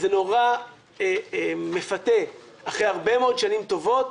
זה נורא מפתה אחרי הרבה מאוד שנים טובות,